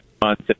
months